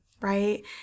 right